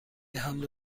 حمل